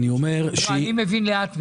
או שאני מבין לאט מידי.